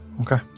Okay